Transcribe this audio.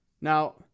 Now